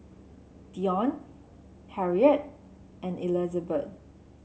Dionte Harriet and Elizabet